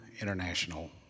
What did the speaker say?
International